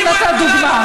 כי נתת דוגמה.